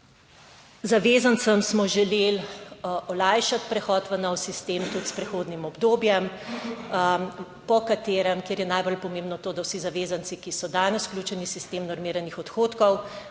Zavezancem smo želeli olajšati prehod v nov sistem tudi s prehodnim obdobjem, kjer je najbolj pomembno to, da vsi zavezanci, ki so danes vključeni v sistem normiranih odhodkov,